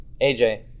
AJ